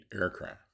aircraft